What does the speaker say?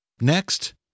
Next